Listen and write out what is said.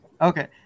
Okay